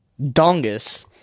Dongus